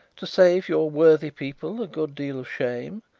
to save your worthy people a good deal of shame,